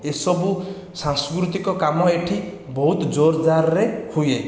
ଏସବୁ ସାଂସ୍କୃତିକ କାମ ଏହିଠି ବହୁତ ଜୋର ଜାରରେ ହୁଏ